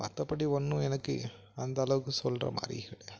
மற்றபடி ஒன்றும் எனக்கு அந்தளவுக்கு சொல்கிற மாதிரி இல்லை